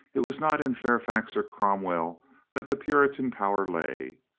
it was not in fairfax or cromwell that the puritan power lay.